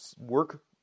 Work